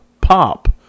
pop